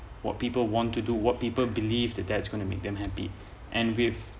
what people want to do what people believe that that's gonna make them happy and with